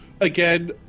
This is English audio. Again